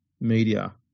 media